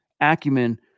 acumen